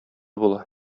була